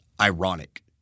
ironic